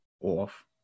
off